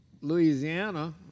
Louisiana